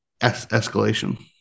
escalation